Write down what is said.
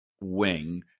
wing